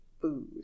food